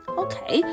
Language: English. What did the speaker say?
okay